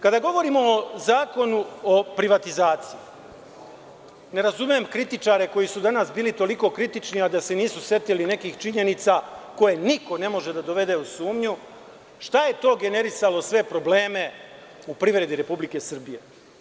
Kada govorimo o Zakonu o privatizaciji, ne razumem kritičare koji su danas bili toliko kritični, a da se nisu setili nekih činjenica koje niko ne može da dovede u sumnju, šta je to generisalo sve probleme u privredi Republike Srbije?